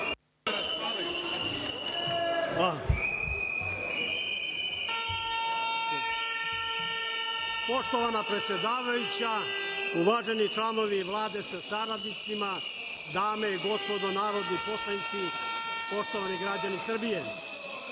Poštovana predsedavajuća, uvaženi članovi Vlade sa saradnicima, dame i gospodo narodni poslanici, poštovani građani Srbije,